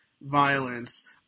violence